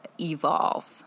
evolve